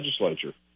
legislature